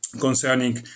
concerning